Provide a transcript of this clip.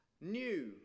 new